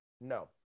No